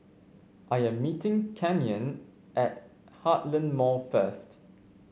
I am meeting Canyon at Heartland Mall first